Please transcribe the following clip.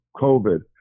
COVID